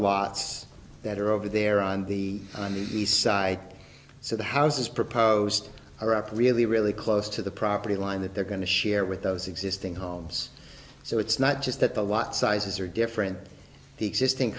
lots that are over there on the on the east side so the houses proposed are up really really close to the property line that they're going to share with those existing homes so it's not just that the lot sizes are different the existing